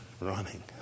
running